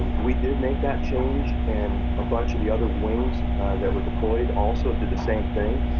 we did make that change and a bunch of the other wings that were deployed also did the same thing,